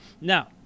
Now